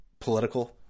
political